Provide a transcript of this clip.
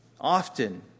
often